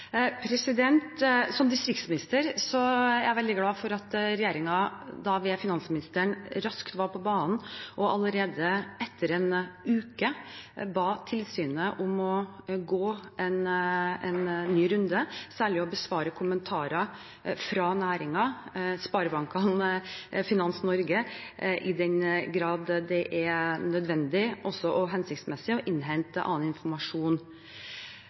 sparebanker. Som distriktsminister er jeg veldig glad for at regjeringen ved finansministeren raskt var på banen og allerede etter en uke ba tilsynet om å gå en ny runde for særlig å besvare kommentarer fra næringen, sparebankene og Finans Norge i den grad det er nødvendig og hensiktsmessig å innhente annen informasjon.